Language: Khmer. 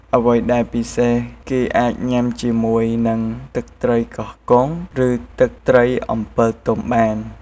អ្វីដែលពិសេសគេអាចញ៉ាំជាមួយនឹងទឹកត្រីកោះកុងឬទឹកត្រីអំពិលទុំបាន។